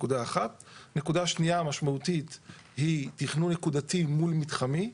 נקודה שנייה משמעותית היא תכנון נקודתי מול מתחמי.